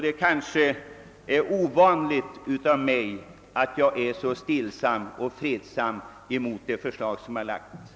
Det är ovanligt för mig att vara så stillsam då jaktfrågan diskuteras.